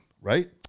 right